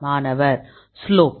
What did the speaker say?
மாணவர் ஸ்லோப்